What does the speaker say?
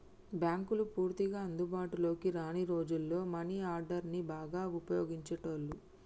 బ్యేంకులు పూర్తిగా అందుబాటులోకి రాని రోజుల్లో మనీ ఆర్డర్ని బాగా వుపయోగించేటోళ్ళు